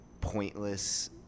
pointless